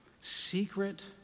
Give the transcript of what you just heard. secret